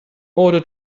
order